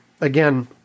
again